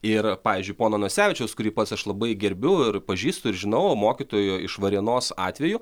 ir pavyzdžiui pono nosevičiaus kurį pats aš labai gerbiu ir pažįstu ir žinau mokytojo iš varėnos atveju